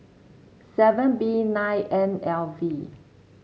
seven B nine N L V